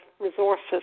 resources